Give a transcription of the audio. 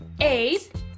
eight